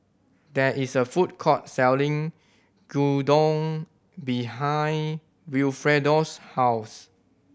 there is a food court selling Gyudon behind Wilfredo's house